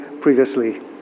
previously